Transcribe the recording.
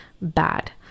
bad